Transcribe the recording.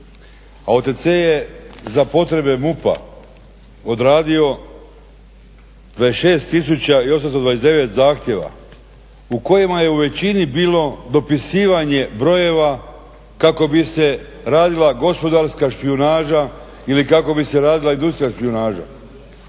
OTC je za potrebe MUP-a odradio 26 tisuća i 829 zahtjeva u kojima je u većini bilo dopisivanje brojeva kako bi se radila gospodarska špijunaža ili kako bi se radila …/Ne razumije